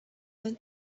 then